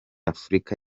afurika